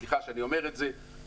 סליחה שאני אומר את זה -- לנשיאות,